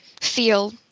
feel